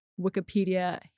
Wikipedia